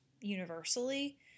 universally